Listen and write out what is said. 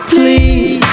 Please